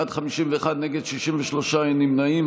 בעד, 51, נגד, 63, אין נמנעים.